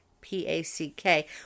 P-A-C-K